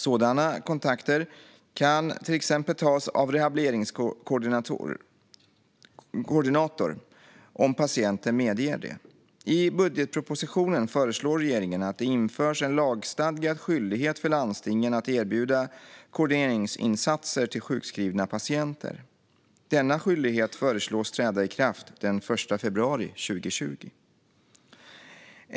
Sådana kontakter kan till exempel tas av en rehabiliteringskoordinator, om patienten medger det. I budgetpropositionen föreslår regeringen att det införs en lagstadgad skyldighet för landstingen att erbjuda koordineringsinsatser till sjukskrivna patienter. Denna skyldighet föreslås träda i kraft den 1 februari 2020.